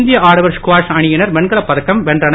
இந்திய ஆடவர் ஸ்குவாஷ் அணியினர் வெண்கலப் பதக்கம் வென்றனர்